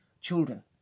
children